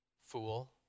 fool